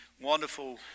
wonderful